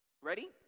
Ready